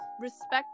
Respect